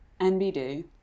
NBD